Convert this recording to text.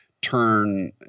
turn